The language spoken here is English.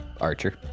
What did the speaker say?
archer